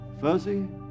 fuzzy